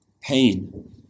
pain